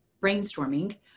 brainstorming